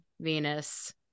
Venus